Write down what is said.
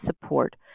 support